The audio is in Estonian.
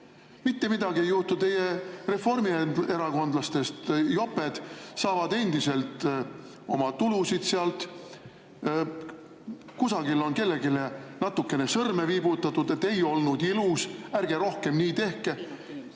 Mitte midagi ei juhtu, teie reformierakondlastest joped saavad endiselt sealt oma tulusid, kusagil on kellelegi natukene sõrme viibutatud, et ei olnud ilus, ärge rohkem nii tehke